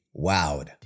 wowed